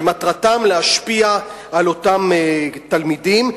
כשמטרתם להשפיע על אותם תלמידים,